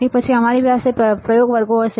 તે પછી અમારી પાસે પ્રયોગ વર્ગો હશે